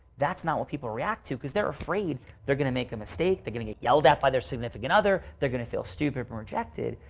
that's not what people react to because they're afraid they're going to make a mistake they're getting it yelled at by their significant other. they're going to feel stupid and rejected.